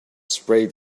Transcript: sprayed